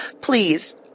Please